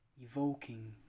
evoking